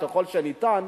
ככל שניתן,